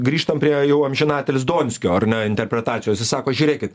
grįžtam prie jau amžinatilsį donskio ar ne interpretacijos jis sako žiūrėkit